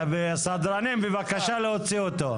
סדרנים, בבקשה להוציא אותו.